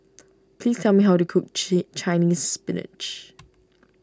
please tell me how to cook Chinese Spinach